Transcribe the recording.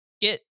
get